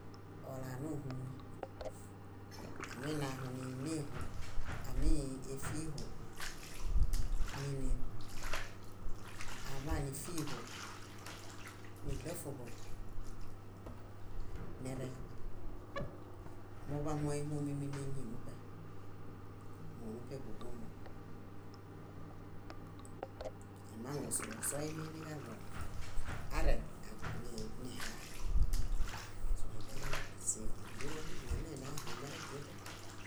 ola nóhumi. Aminaho níneho, ámifiiho, níne aḃaa nífiiho, níɭafuho, nirẽ. Muḃa móehumimineñi muṗe: mómuṗeḃubombom. Imangu sóo soininiġaɭo areŋ nihaa. Soiɭeru siombiḃomi iñameiniahamerebieḃen.